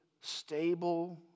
stable